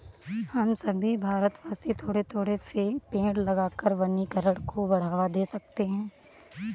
हम सभी भारतवासी थोड़े थोड़े पेड़ लगाकर वनीकरण को बढ़ावा दे सकते हैं